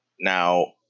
Now